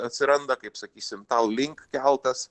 atsiranda kaip sakysim tallink keltas